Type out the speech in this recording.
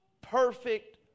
perfect